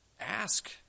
Ask